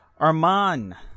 Arman